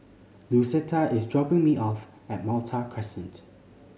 Lucetta is dropping me off at Malta Crescent